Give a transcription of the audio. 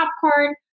popcorn